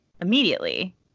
immediately